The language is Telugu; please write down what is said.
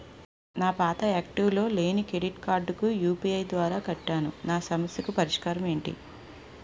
నా పాత యాక్టివ్ లో లేని క్రెడిట్ కార్డుకు యు.పి.ఐ ద్వారా కట్టాను నా సమస్యకు పరిష్కారం ఎంటి?